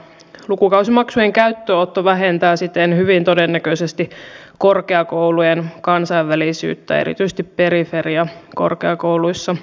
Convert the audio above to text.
lukukausimaksujen käyttöönotto vähentää siten hyvin todennäköisesti korkeakoulujen kansainvälisyyttä erityisesti periferiakorkeakouluissa